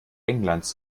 englands